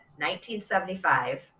1975